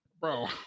bro